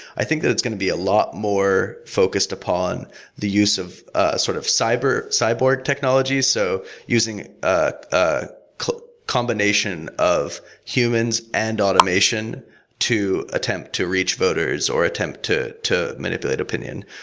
i think that it's going to be a lot more focused upon the use of ah sort of cyborg cyborg technologies. so using ah a combination of humans and automation to attempt to reach voters, or attempt to to manipulate opinion.